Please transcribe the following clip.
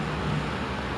mm